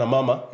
Mama